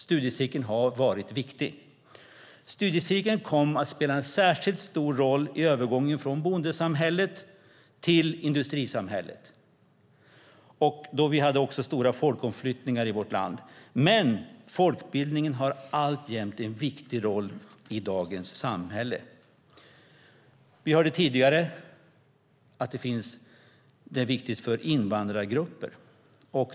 Studiecirkeln kom att spela en särskilt stor roll i övergången från bondesamhället till industrisamhället, då vi hade stora folkförflyttningar i vårt land. Men folkbildningen har alltjämt en viktig roll i dagens samhälle. Vi hörde tidigare att den är viktig för invandrargrupper.